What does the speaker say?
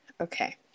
Okay